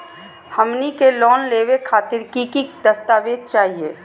हमनी के लोन लेवे खातीर की की दस्तावेज चाहीयो?